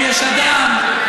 זאת הצעת חוק של הקואליציה,